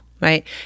right